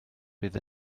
fydd